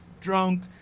drunk